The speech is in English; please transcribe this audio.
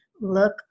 look